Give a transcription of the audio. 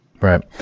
Right